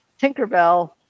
Tinkerbell